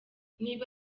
niba